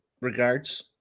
regards